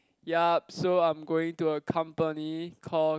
yup so I am going to a company called